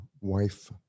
wife